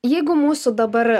jeigu mūsų dabar